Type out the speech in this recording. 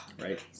Right